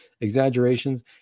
exaggerations